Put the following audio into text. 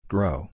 Grow